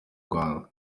rwanda